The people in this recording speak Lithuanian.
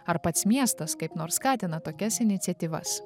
ar pats miestas kaip nors skatina tokias iniciatyvas